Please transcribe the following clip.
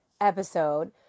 episode